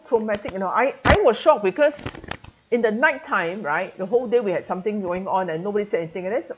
traumatic you know I I was shocked because in the nighttime right the whole day we had something going on and nobody said anything and then